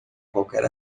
qualquer